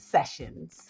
Sessions